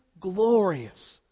glorious